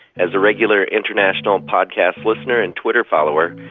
as a regular international and podcast listener and twitter follower,